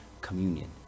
communion